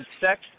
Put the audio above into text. sex